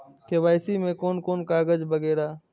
KYC में कोन कोन कागज वगैरा?